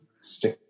stick